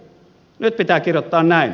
nyt pitää kirjoittaa näin